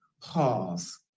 Pause